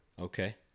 Okay